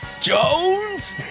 Jones